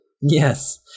Yes